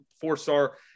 four-star